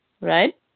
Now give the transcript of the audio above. right